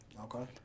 Okay